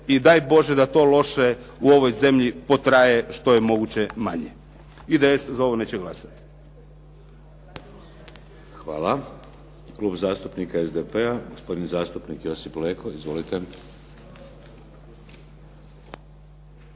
i daj Bože da to loše u ovoj zemlji potraje što je moguće manje. IDS za ovo neće glasati. **Šeks, Vladimir (HDZ)** Hvala. Klub zastupnika SDP-a. Gospodin zastupnik Josip Leko. Izvolite.